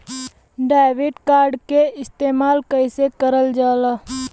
Debit card के इस्तेमाल कइसे करल जाला?